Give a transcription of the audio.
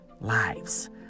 lives